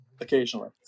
occasionally